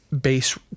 base